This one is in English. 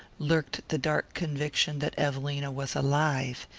lurked the dark conviction that evelina was alive,